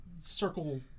circle